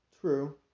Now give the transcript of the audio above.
True